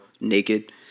naked